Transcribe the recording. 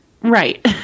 Right